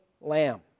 lamb